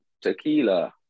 tequila